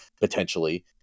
potentially